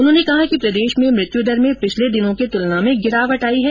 उन्होंने कहा कि प्रदेश में मृत्युदर में पिछले दिनों की तुलना में गिरावट आई है